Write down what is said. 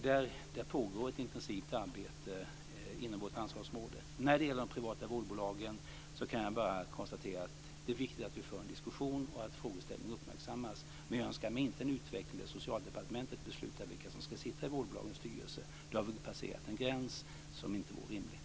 Där pågår ett intensivt arbete inom vårt ansvarsområde. Det är viktigt att vi för en diskussion om de privata vårdbolagen och att frågeställningen uppmärksammas, men jag önskar mig inte en utveckling där Socialdepartementet beslutar vilka som ska sitta i vårdbolagens styrelser. Då har vi passerat rimlighetens gräns.